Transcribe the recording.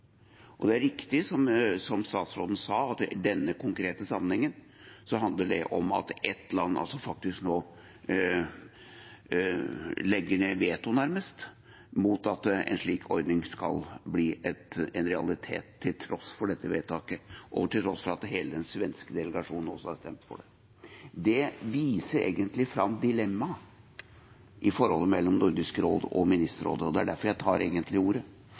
Og det er riktig, som statsråden sa, at i denne konkrete sammenhengen handler det om at ett land nå faktisk nærmest legger ned veto mot at en slik ordning skal bli en realitet – til tross for dette vedtaket, og til tross for at hele den svenske delegasjonen også har stemt for det. Det viser egentlig dilemmaet i forholdet mellom Nordisk råd og Ministerrådet. Det er egentlig derfor jeg tar ordet.